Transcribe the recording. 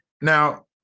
Now